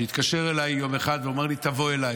שהתקשר אליי יום אחד ואמר לי: תבוא אליי.